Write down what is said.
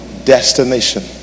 destination